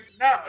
No